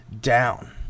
down